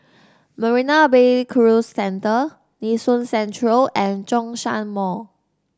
Marina Bay Cruise Centre Nee Soon Central and Zhongshan Mall